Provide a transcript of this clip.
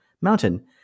Mountain